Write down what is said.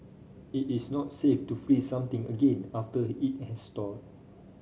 it is not safe to freeze something again after it has thawed